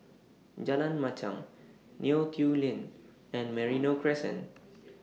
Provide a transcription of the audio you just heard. Jalan Machang Neo Tiew Lane and Merino Crescent